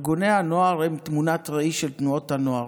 ארגוני הנוער הם תמונת ראי של תנועות הנוער.